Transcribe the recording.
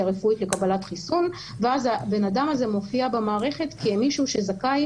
רפואית לקבלת חיסון ואז הבן אדם הזה מופיע במערכת כמישהו שזכאי